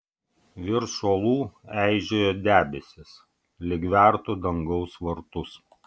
virš uolų eižėjo debesys lyg vertų dangaus vartus